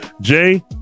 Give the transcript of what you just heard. jay